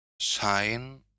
shine